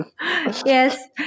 Yes